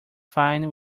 fine